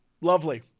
lovely